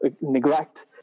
neglect